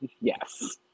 yes